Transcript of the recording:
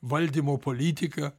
valdymo politiką